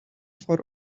for